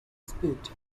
speed